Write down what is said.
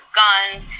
guns